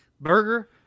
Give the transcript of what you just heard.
Burger